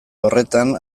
horretan